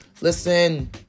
Listen